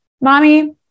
Mommy